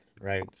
right